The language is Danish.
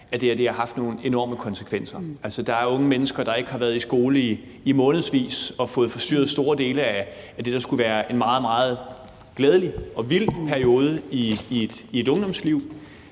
at det her har haft nogle enorme konsekvenser. Altså, der er unge mennesker, der ikke har været i skole i månedsvis, og som har fået forstyrret store dele af det, der skulle være en meget, meget glædelig og vild periode i et ungdomsliv.